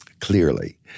Clearly